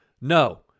No